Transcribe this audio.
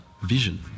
Vision